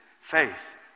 faith